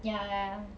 ya ya